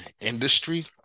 industry